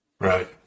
Right